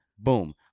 boom